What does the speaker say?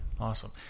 Awesome